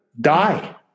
die